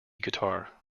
guitar